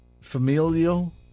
familial